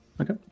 Okay